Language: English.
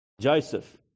Joseph